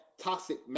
toxic